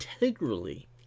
Integrally